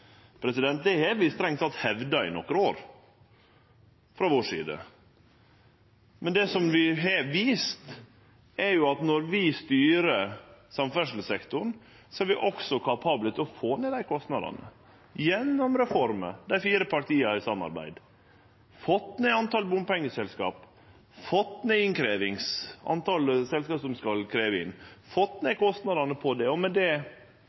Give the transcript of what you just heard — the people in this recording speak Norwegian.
Det har vi strengt tatt hevda nokre år frå vår side. Men det vi har vist, er at når vi styrer samferdselssektoren, er vi, dei fire partia i samarbeid, også kapable til å få ned dei kostnadene – gjennom reformer, ved at vi har fått ned talet på bompengeselskap, og ved at vi har fått ned talet på selskap som skal krevje inn. Vi har fått ned kostnadene på det og med det